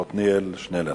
חבר הכנסת עתניאל שנלר.